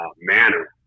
manner